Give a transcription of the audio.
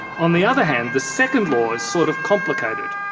on the other hand, the second law is sort of complicated.